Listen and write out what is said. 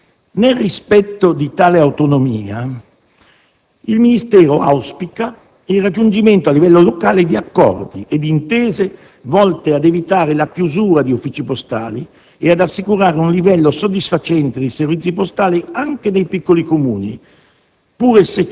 Nel rispetto di tale autonomia, il Ministero auspica il raggiungimento, a livello locale, di accordi e di intese volte ad evitare la chiusura di uffici postali e ad assicurare un livello soddisfacente di servizi postali anche nei piccoli Comuni,